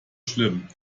schlimm